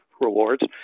rewards